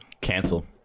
Cancel